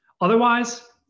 Otherwise